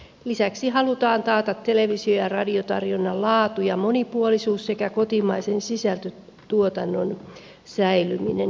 lisäksi halutaan taata televisio ja radiotarjonnan laatu ja monipuolisuus sekä kotimaisen sisällöntuotannon säilyminen